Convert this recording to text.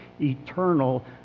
eternal